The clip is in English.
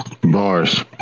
Bars